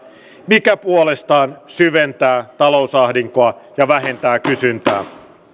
mikä puolestaan syventää talousahdinkoa ja vähentää kysyntää